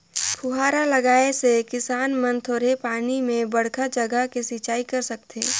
फुहारा लगाए से किसान मन थोरहें पानी में बड़खा जघा के सिंचई कर सकथें